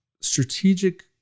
Strategic